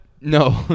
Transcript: No